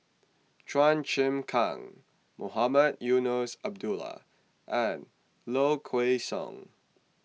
Chua Chim Kang Mohamed Eunos Abdullah and Low Kway Song